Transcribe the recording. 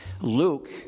Luke